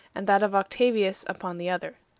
and that of octavius upon the other.